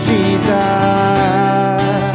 Jesus